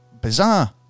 bizarre